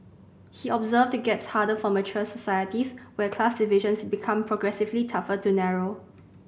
he observed it gets harder for mature societies where class divisions become progressively tougher to narrow